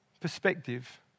perspective